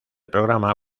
programa